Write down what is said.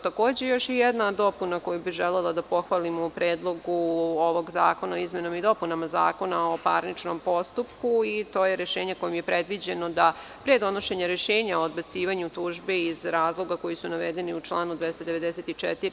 Takođe, još jedna dopuna koju bi želela da pohvalim u predlogu ovog zakona o izmenama i dopunama Zakona o parničnom postupku, to je rešenje kojim je predviđeno da pre donošenja rešenja o odbacivanju tužbe, iz razloga koji su navedeni u članu 294.